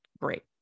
great